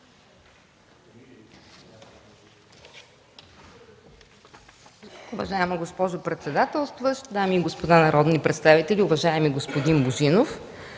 Уважаема госпожо председател, дами и господа народни представители! Уважаеми господин Божинов,